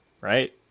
right